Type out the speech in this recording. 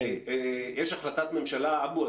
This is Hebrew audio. אבו,